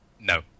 No